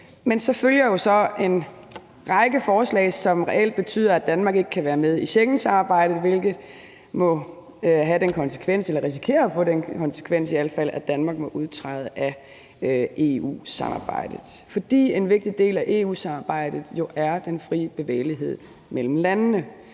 Men så følger jo en række forslag, som reelt betyder, at Danmark ikke kan være med i Schengensamarbejdet, hvilket må have den konsekvens eller i al fald risikerer at få den konsekvens, at Danmark må udtræde af EU-samarbejdet, da en vigtig del af EU-samarbejdet jo er den frie bevægelighed mellem landene.